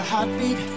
heartbeat